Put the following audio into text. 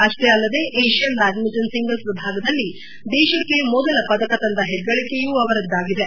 ಅಷ್ಟೇ ಅಲ್ಲದೆ Asian badminton singles ವಿಭಾಗದಲ್ಲಿ ದೇಶಕ್ಕೆ ಮೊದಲ ಪದಕ ತಂದ ಹೆಗ್ಗಳಿಕೆಯೂ ಅವರದ್ದಾಗಿದೆ